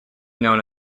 known